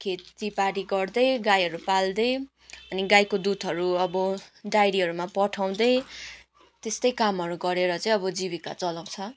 खेतीबाली गर्दै गाईहरू पाल्दै अनि गाईको दुधहरू अब डायरीहरूमा पठाउँदै त्यस्तै कामहरू गरेर चाहिँ अब जीविका चलाउँछ